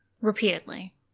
Repeatedly